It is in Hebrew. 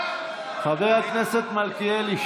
חבר הכנסת מלכיאלי,